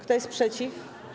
Kto jest przeciw?